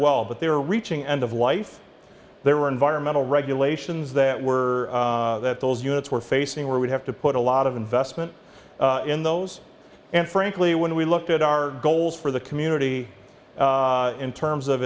well but they were reaching end of life there were environmental regulations that were that those units were facing where we'd have to put a lot of investment in those and frankly when we looked at our goals for the community in terms of